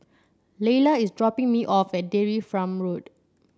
Layla is dropping me off at Dairy From Road